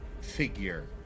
figure